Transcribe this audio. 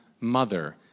mother